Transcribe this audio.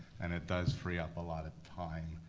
and it does free up a lot of time.